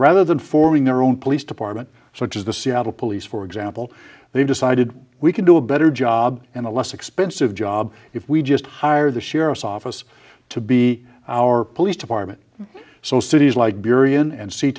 rather than forming their own police department such as the seattle police for example they've decided we can do a better job and a less expensive job if we just hire the sheriff's office to be our police department so cities like burey and